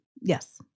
Yes